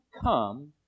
come